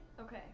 Okay